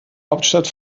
hauptstadt